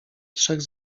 trzech